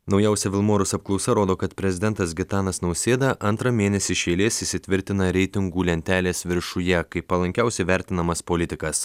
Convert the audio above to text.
naujausia vilmorus apklausa rodo kad prezidentas gitanas nausėda antrą mėnesį iš eilės įsitvirtina reitingų lentelės viršuje kaip palankiausiai vertinamas politikas